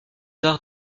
arts